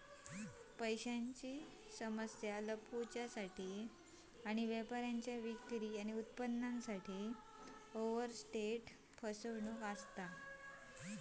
पैशांची समस्या लपवूसाठी काही व्यापाऱ्यांच्या विक्री आणि उत्पन्नासाठी ओवरस्टेट फसवणूक असा